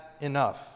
enough